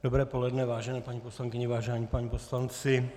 Dobré poledne, vážené paní poslankyně, vážení páni poslanci.